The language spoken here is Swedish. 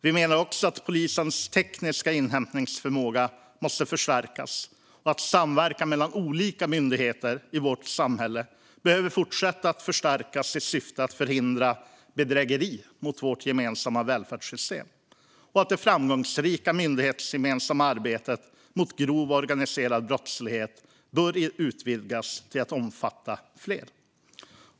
Vi menar också att polisens tekniska inhämtningsförmåga måste förstärkas, att samverkan mellan olika myndigheter i vårt samhälle behöver fortsätta att förstärkas i syfte att förhindra bedrägerier mot vårt gemensamma välfärdssystem och att det framgångsrika myndighetsgemensamma arbetet mot grov organiserad brottslighet bör utvidgas till att omfatta fler.